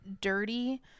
dirty